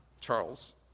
Charles